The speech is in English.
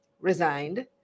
resigned